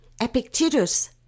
Epictetus